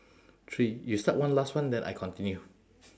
three you start one last one then I continue